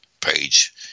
page